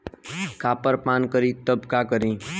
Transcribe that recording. Copper पान करी तब का करी?